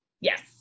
Yes